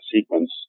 sequence